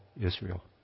Israel